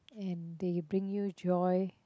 and they bring you joy